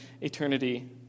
eternity